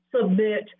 submit